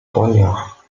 poignard